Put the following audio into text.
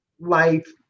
life